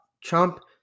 Trump